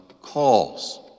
calls